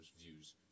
views